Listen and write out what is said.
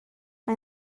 mae